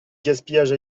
gaspillage